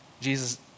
Jesus